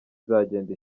izagenda